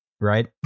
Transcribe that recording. Right